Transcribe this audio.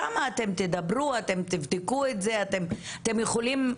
שם אתם תדברו, אתם תבדקו את זה, אתם יכולים,